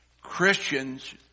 Christians